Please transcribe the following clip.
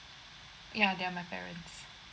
ya they are my parents